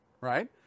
Right